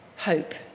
Hope